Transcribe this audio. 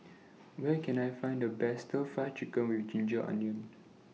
Where Can I Find The Best Stir Fry Chicken with Ginger Onions